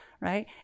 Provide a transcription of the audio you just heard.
right